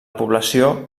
població